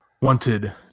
Wanted